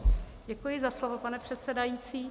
Děkuji za slovo, pane předsedající.